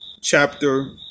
chapter